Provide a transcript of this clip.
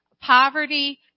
poverty